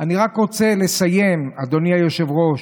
אני רק רוצה לסיים, אדוני היושב-ראש.